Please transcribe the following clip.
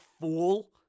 fool